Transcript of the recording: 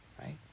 right